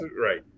right